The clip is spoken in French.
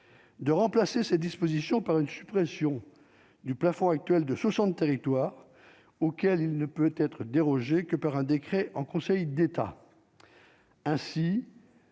de remplacer ces dispositions par une suppression du plafond actuel de son territoire auquel il ne peut être dérogé que par un décret en Conseil d'État ainsi.